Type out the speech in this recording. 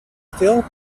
still